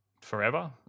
forever